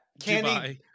Candy